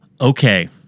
Okay